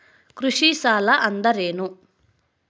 ಕೃಷಿ ಸಾಲ ಅಂದರೇನು?